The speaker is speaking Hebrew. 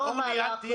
לא המהלך,